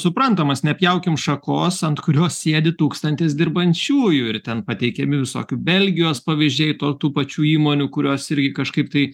suprantamas nepjaukim šakos ant kurios sėdi tūkstantis dirbančiųjų ir ten pateikiami visokių belgijos pavyzdžiai to tų pačių įmonių kurios irgi kažkaip tai